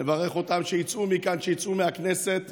נברך אותם שיצאו מכאן, שיצאו מהכנסת.